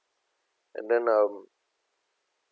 and then um